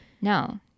no